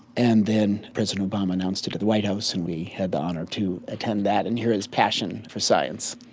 and then president obama announced it at the white house and we had the honour to attend that and hear his passion for science.